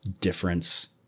difference